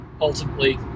ultimately